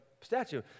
statue